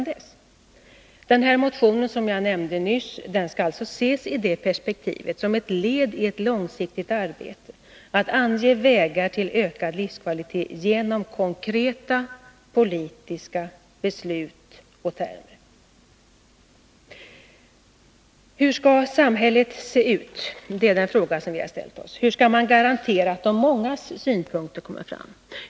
Den här motionen skall ses i det perspektivet — som ett led i ett långsiktigt arbete för att ange vägar till ökad livskvalitet genom konkreta politiska beslut och termer. Hur samhället skall se ut är den fråga vi har ställt oss. Hur skall man garantera att de mångas synpunkter kommer fram?